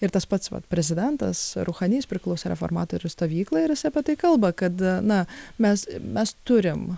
ir tas pats prezidentas ruchany jis priklausė reformatorių stovyklai ir apie tai kalba kad na mes mes turim